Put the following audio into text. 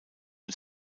mit